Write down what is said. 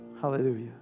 Hallelujah